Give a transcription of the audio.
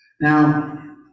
Now